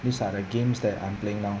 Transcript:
these are the games that I'm playing now